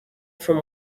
from